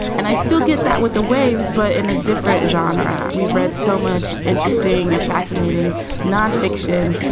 and i still get that with the waves. but in a different genre, we've read so much interesting and fascinating nonfiction.